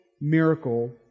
miracle